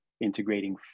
integrating